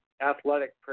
Athletic